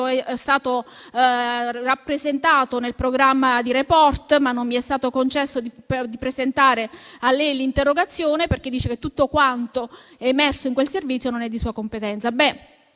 è stato rappresentato nel programma «Report», ma non mi è stato concesso di presentare a lei l'interrogazione, perché dice che tutto quanto è emerso in quel servizio non è di sua competenza.